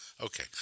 okay